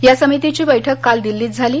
या समितीची बैठक काल दिल्लीत झाली